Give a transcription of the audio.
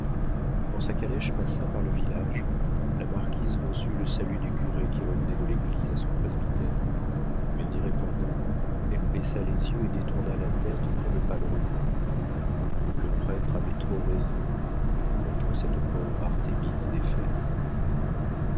quand sa calèche passa par le village la marquise reçut le salut du curé qui revenait de l'église à son presbytère mais en y répondant elle baissa les yeux et détourna la tête pour ne pas le revoir le prêtre avait trop raison contre cette pauvre artémise